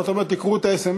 ואתה אומר: תקראו את הסמ"ס,